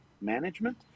management